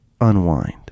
unwind